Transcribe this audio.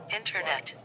internet